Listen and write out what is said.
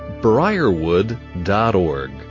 briarwood.org